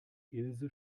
ilse